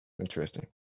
Interesting